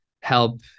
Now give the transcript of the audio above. help